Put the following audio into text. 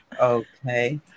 Okay